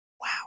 wow